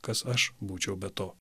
kas aš būčiau be to